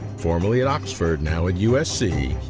formerly at oxford, now at usc,